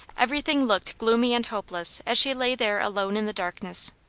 everything looked gloomy and hopeless as she lay there alone in the darkness.